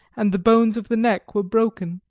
and the bones of the neck were broken.